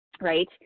right